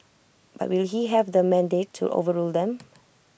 but will he have the mandate to overrule them